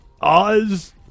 Oz